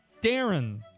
Darren